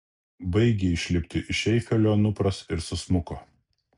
baigė išlipti iš eifelio anupras ir susmuko